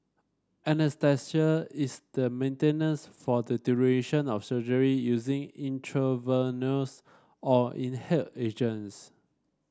anaesthesia is then maintained for the duration of surgery using intravenous or inhaled agents